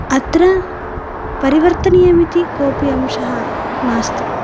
अत्र परिवर्तनीयम् इति कोऽपि अंशः नास्ति